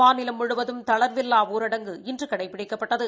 மாநிலம் முழுவதும் தளா்வில்லா ஊரடங்கு இன்று கடைபிடிக்கப்பட்டது